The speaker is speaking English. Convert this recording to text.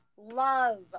love